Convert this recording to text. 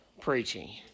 Preaching